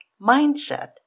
mindset